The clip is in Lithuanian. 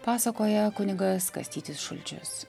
pasakoja kunigas kastytis šulčius